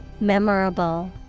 Memorable